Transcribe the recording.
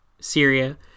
Syria